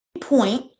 point